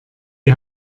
die